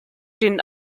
den